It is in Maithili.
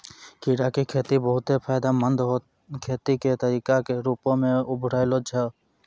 कीड़ा के खेती बहुते फायदामंद खेती के तरिका के रुपो मे उभरलो छै